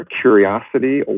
curiosity